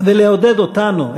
ולעודד אותנו,